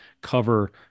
cover